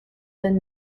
been